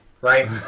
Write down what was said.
right